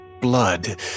blood